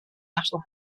national